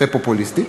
ופופוליסטית.